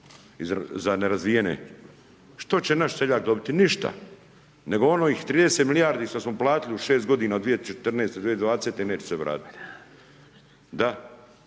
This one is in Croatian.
za nerazvijene, što će naš seljak dobiti, ništa. Nego onih 30 milijardi što smo platili u 6 g. 2014. 2020. neće se vratiti. Da.